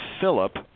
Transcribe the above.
Philip